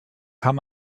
kann